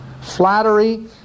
Flattery